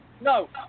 No